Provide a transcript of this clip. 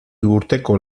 urteko